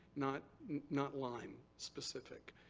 not not lyme specific.